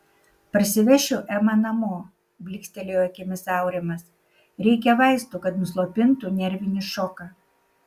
parsivešiu emą namo blykstelėjo akimis aurimas reikia vaistų kad nuslopintų nervinį šoką